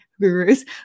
gurus